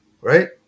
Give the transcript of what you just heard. right